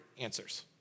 answers